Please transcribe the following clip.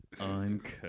Uncut